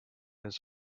his